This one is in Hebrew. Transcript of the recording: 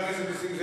לשכוח,